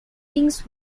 things